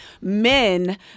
men